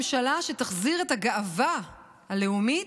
ממשלה שתחזיר את הגאווה הלאומית,